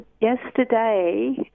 yesterday